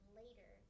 later